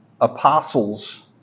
apostles